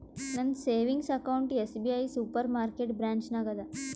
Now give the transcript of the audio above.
ನಂದ savings account SBI super market branch ನಾಗ್ ಅದಾ